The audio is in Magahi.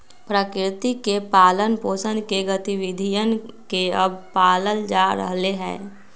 प्रकृति के पालन पोसन के गतिविधियन के अब पाल्ल जा रहले है